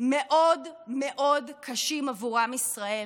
מאוד קשים מאוד מאוד בעבור עם ישראל.